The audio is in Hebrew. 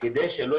כ"ב בכסלו,